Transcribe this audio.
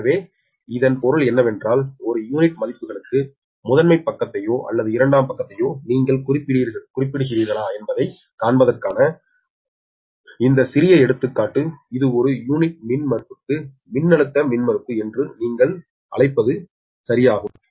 எனவே இதன் பொருள் என்னவென்றால் ஒரு யூனிட் மதிப்புகளுக்கு முதன்மை பக்கத்தையோ அல்லது இரண்டாம் பக்கத்தையோ நீங்கள் குறிப்பிடுகிறீர்களா என்பதைக் காண்பிப்பதற்கான இந்த சிறிய எடுத்துக்காட்டு இது ஒரு யூனிட் மின்மறுப்புக்கு மின்னழுத்த மின்மறுப்பு என்று நீங்கள் அழைப்பது அப்படியே இருக்கும்